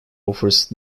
offers